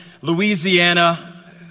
Louisiana